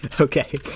Okay